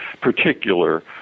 particular